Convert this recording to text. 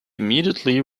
immediately